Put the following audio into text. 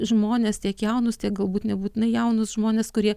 žmonės tiek jaunus tiek galbūt nebūtinai jaunus žmones kurie